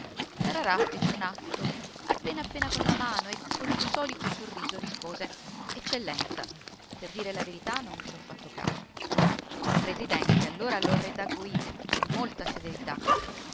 accusato tararà fece un atto appena appena con la mano e col suo solito sorriso rispose eccellenza per dire la verità non ci ho fatto caso il presidente allora lo redarguì con molta severità